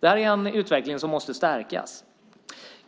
Det här är en utveckling som måste stärkas.